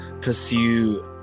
pursue